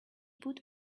put